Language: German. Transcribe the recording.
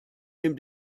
dem